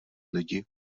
lidi